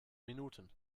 minuten